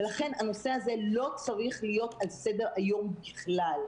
ולכן הנושא הזה לא צריך להיות על סדר-היום בכלל.